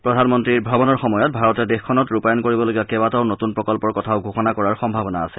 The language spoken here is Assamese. প্ৰধানমন্ত্ৰী ভ্ৰমণৰ সময়ত ভাৰতে দেশখনত ৰূপায়ণ কৰিবলগীয়া কেইবাটাও নতুন প্ৰকন্নৰ কথাও ঘোষণা কৰাৰ সম্ভাৱনা আছে